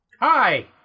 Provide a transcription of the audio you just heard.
Hi